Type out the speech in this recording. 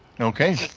Okay